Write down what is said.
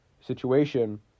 situation